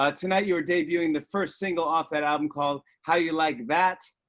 ah tonight, you are debuting the first single off that album, called how you like that?